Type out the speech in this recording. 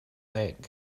egg